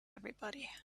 everybody